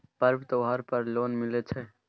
पर्व त्योहार पर लोन मिले छै?